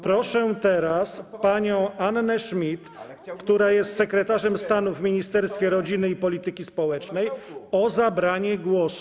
Proszę teraz panią Annę Schmidt, która jest sekretarzem stanu w Ministerstwie Rodziny i Polityki Społecznej o zabranie głosu.